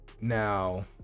Now